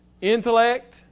Intellect